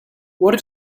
what